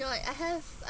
what I have uh